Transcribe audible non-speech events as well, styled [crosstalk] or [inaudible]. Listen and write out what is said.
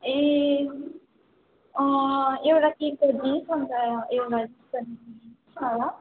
ए एउटा प्लेट चाहिँ भेज अन्त एउटा चिकन [unintelligible] न ल